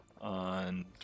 On